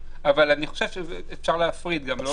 אבל אני חושב שאפשר גם להפריד.